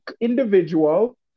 individual